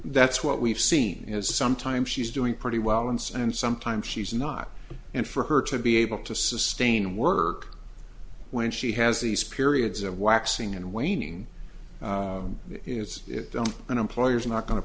that's what we've seen is sometimes she's doing pretty well and sometimes she's not and for her to be able to sustain work when she has these periods of waxing and waning it's an employer's not go